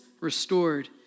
restored